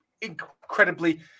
incredibly